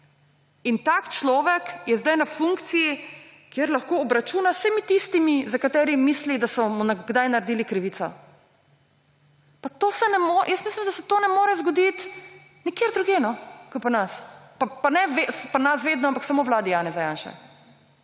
In tak človek je zdaj na funkciji, kjer lahko obračuna z vsemi tistimi, za katere misli, da so mu kdaj naredili krivico. Jaz mislim, da se to ne more zgoditi nikjer drugje, kot pri nas. Pa ne pri nas vedno, ampak samo v vladi Janeza Janše.